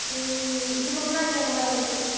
இதுக்கு முன்னாடி அந்த மாதிரி வந்துருக்கு